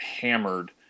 hammered